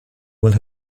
will